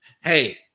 hey